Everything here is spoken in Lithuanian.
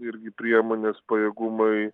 irgi priemonės pajėgumai